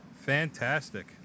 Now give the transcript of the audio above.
Fantastic